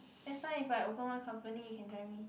next time if I open one company you can join me